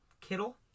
Kittle